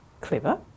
clever